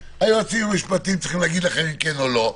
והיועצים המשפטיים צריכים להגיד לכם אם כן או לא.